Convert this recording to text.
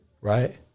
right